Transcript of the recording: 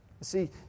See